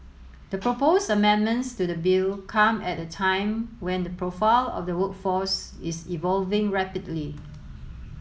the proposed amendments to the bill come at a time when the profile of the workforce is evolving rapidly